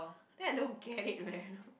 then I don't get it man